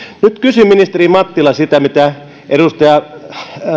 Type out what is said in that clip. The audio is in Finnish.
nyt kysyn ministeri mattila sitä mitä edustaja